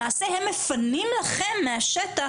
למעשה הם מפנים לכם מהשטח,